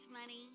money